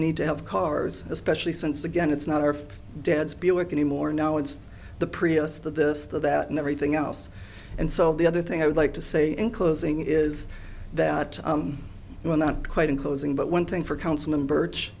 need to have cars especially since again it's not our dad's buick anymore now it's the prius that this the that and everything else and so the other thing i would like to say in closing is that well not quite in closing but one thing for councilman birch